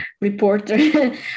reporter